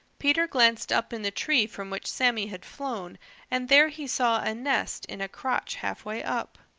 peter glanced up in the tree from which sammy had flown and there he saw a nest in a crotch halfway up.